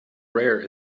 rare